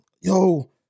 yo